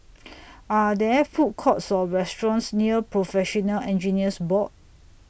Are There Food Courts Or restaurants near Professional Engineers Board